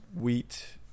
wheat